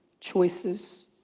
choices